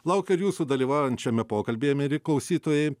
laukiu ir jūsų dalyvaujant šiame pokalbyje mieli klausytojai